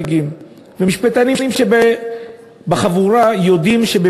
אנחנו יודעים כמה בעיות היו